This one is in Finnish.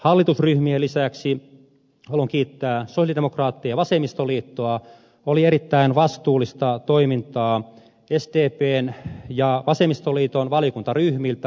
hallitusryhmien lisäksi haluan kiittää sosialidemokraatteja ja vasemmistoliittoa oli erittäin vastuullista toimintaa sdpn ja vasemmistoliiton valiokuntaryhmiltä